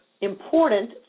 important